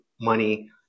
money